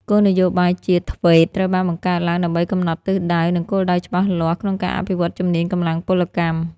គោលនយោបាយជាតិ ធ្វេត TVET ត្រូវបានបង្កើតឡើងដើម្បីកំណត់ទិសដៅ និងគោលដៅច្បាស់លាស់ក្នុងការអភិវឌ្ឍជំនាញកម្លាំងពលកម្ម។